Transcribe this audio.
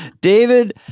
David